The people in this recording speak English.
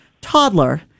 toddler